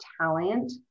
talent